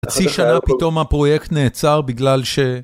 חצי שנה פתאום הפרויקט נעצר בגלל ש...